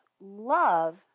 love